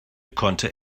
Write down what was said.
konnte